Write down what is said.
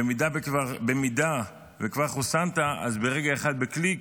במידה וכבר חוסנת, ברגע אחד, בקליק,